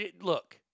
Look